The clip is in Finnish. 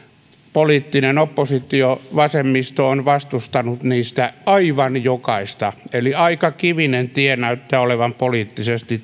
poliittinen oppositio vasemmisto on vastustanut niistä aivan jokaista eli aika kivinen tie näyttää olevan poliittisesti